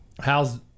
How's